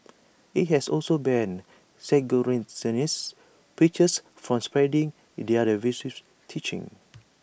IT has also banned preachers from spreading their teachings